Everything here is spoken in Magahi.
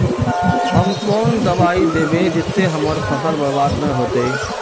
हम कौन दबाइ दैबे जिससे हमर फसल बर्बाद न होते?